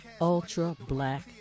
ultra-black